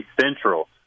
Central